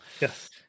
Yes